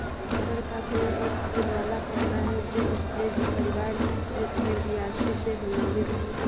rubber का पेड़ एक फूल वाला पौधा है जो स्परेज परिवार यूफोरबियासी से संबंधित है